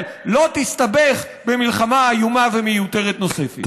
לא תסתבך במלחמה איומה ומיותרת נוספת.